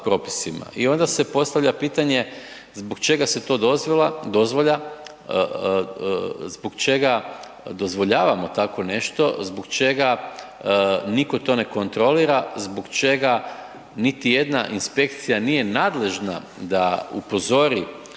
I onda se postavlja pitanje zbog čega se to dozvoljava, zbog čega dozvoljavamo takvo nešto, zbog čega nitko to ne kontrolira, zbog čega niti jedna inspekcija nije nadležna da upozori